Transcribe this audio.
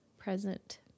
Present